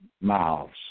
mouths